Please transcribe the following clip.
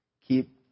keep